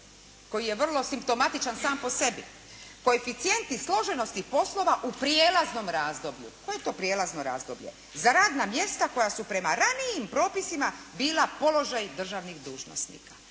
koji je vrlo simptomatičan sam po sebi, koeficijenti složenosti poslova u prijelaznom razdoblju, koje je to prijelazno razdoblje, za radna mjesta koja su prema ranijim propisima bila položaj državnih dužnosnika.